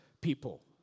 people